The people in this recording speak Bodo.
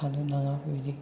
थानो नाङा बेबादि